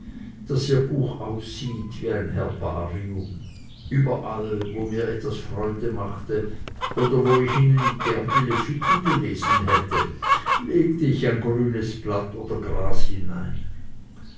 daß ihr buch aussieht wie ein herbarium überall wo mir etwas freude machte oder wo ich ihnen gern die leviten gelesen hätte legte ich ein grünes blatt oder gras hinein